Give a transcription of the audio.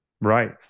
Right